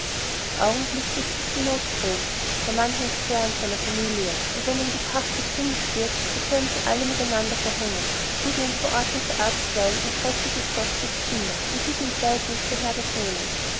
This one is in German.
augenblicklich ist die not groß der mann hängt sehr an seiner familie und wenn ihm die pacht gekündigt wird so können sie alle miteinander verhungern zudem verordnet der arzt wein und kräftige kost für die kinder und higgins weiß nicht woher das nehmen